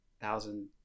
thousand